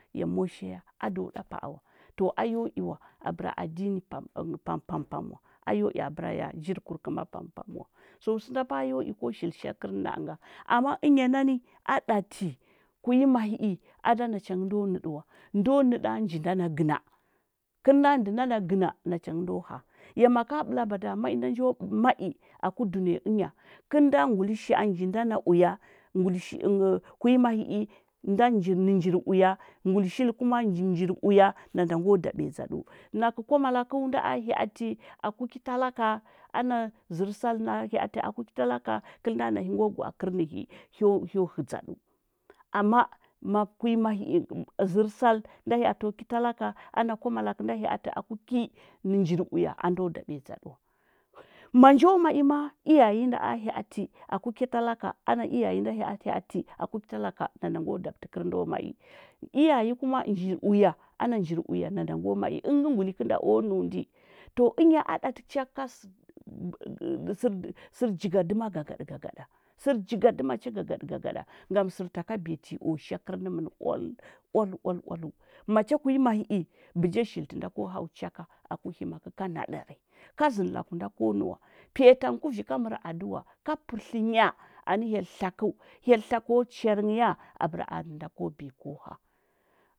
Ya moshiya, a do ɗa pa a wa. To a yo i wa, abəra adini pampamm pampampamm wa a yo i abəra ya jirikur kəma pampam wa. Chul sənda pa a yo i ko shili shakər na a nga. Amma ənya nani, a ɗa ti ku imahi i, a da nacha ngə ndo nəɗə wa. Ndo nəɗa nji inda na gəna. Kəl nda ndə nda na gəna nacha ndo həa. Ya ma ka ɓəla bada ma i nda njo ma i aku dunəya ənya, kəl nda ngulisha a ji nda na uya ngulish ənghə ku imahi i da njir nə njir uya nguli shili kuma nə njir njir uya, nanda ngo ɗaɓiya dzaɗəu. Nakə kwamalakəu nda a hya atə aku ki talaka ana zərsal na hya atə aku ki talaka kəlnda nahi ngo gwa a kərnəhi hyo hyo hədzaɗəu. Amma ma ku imahi i zərsal nda hya atə o ki talaka ana kwamalaklə nda hya atə aku ki nə njir uya a njo daɓiyadzə wa. Ma njo ma i ma, iyayi nda a hya atə aku ki talaka ana iyayi nda hya a hya atə aku ki talaka nanda go daɓətə kər ndo ma i. Iyayi kuma nji uya ana njir uya nanda ngo ma i, əngə ngə nguli kənda o nəundi. To ənya a ɗati cha ka sər jigadəma agaɗə gagaɗa, sər jigadəma cha gagaɗə gagaɗa. Ngam sərtaka biyatə o shakər nəmən oal oal oal oaləu. Macha ku imahi i bəja shilitə nda ko hau cha ka aku hima ka ka naɗari, ka zəndə laku nda ko nəuwa. Piya tang ku vi ka mər aduwa ka pətlənya anə hyel tlakəu, hyel tlakə o char nghə ya abər a ndə nda ko biya ko həa.